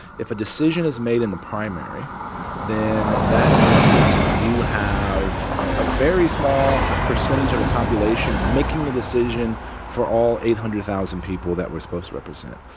if a decision is made in the primary then that means you have a very small percentage of a population making the decision for all eight hundred thousand people that we're supposed to represent.